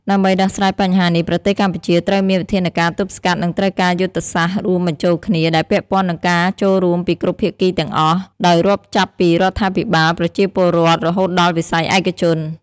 ដើម្បីដោះស្រាយបញ្ហានេះប្រទេសកម្ពុជាត្រូវមានវិធានការទប់ស្កាត់និងត្រូវការយុទ្ធសាស្ត្ររួមបញ្ចូលគ្នា ដែលពាក់ព័ន្ធនឹងការចូលរួមពីគ្រប់ភាគីទាំងអស់ ដោយរាប់ចាប់ពីរដ្ឋាភិបាល ប្រជាពលរដ្ឋ រហូតដល់វិស័យឯកជន។